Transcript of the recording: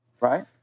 Right